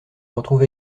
retrouve